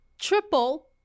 triple